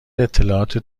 اطلاعات